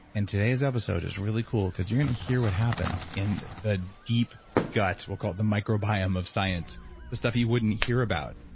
and today's episode is really cool because you're going to hear what happens in the deep guts. we'll call the microbiome of science the stuff you wouldn't hear about,